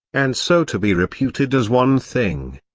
and so to be reputed as one thing.